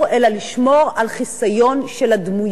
אלא לשמור על חיסיון של הדמויות,